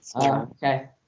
Okay